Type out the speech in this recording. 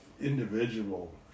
individual